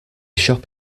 shop